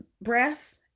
breath